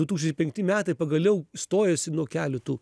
du tūkstančiai penkti metai pagaliau stojosi nuo kelių tų